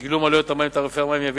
גילום עלויות המים בתעריפי המים יביא